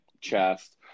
chest